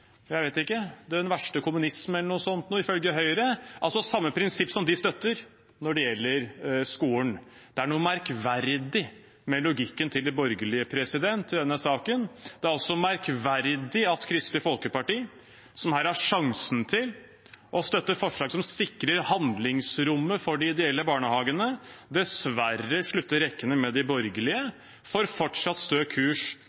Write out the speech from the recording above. den verste kommunisme eller noe sånt, ifølge Høyre – altså samme prinsipp som de støtter når det gjelder skolen. Det er noe merkverdig med logikken til de borgerlige i denne saken. Det er også merkverdig at Kristelig Folkeparti, som her har sjansen til å støtte et forslag som sikrer handlingsrommet for de ideelle barnehagene, dessverre slutter rekkene med de borgerlige for fortsatt stø kurs